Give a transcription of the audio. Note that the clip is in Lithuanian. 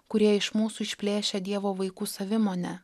kurie iš mūsų išplėšia dievo vaikų savimonę